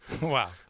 Wow